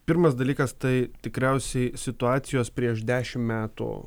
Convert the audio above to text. pirmas dalykas tai tikriausiai situacijos prieš dešimt metų